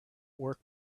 work